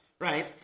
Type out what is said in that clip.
right